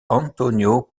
antonio